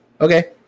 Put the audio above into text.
Okay